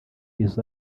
los